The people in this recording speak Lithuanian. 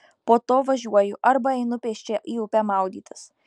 po to važiuoju arba einu pėsčia į upę maudytis